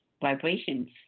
vibrations